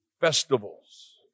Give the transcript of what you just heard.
festivals